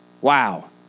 Wow